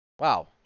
Wow